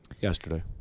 Yesterday